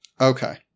Okay